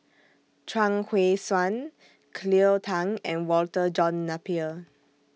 Chuang Hui Tsuan Cleo Thang and Walter John Napier